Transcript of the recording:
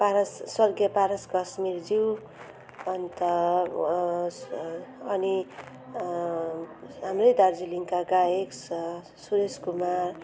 पारस स्वर्गीय पारस गजमेरज्यू अनि त अनि हाम्रै दार्जिलिङका गायक स सुरेस कुमार